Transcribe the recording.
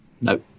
No